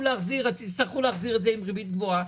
להחזיר אז תצטרכו להחזיר את זה עם ריבית גבוהה?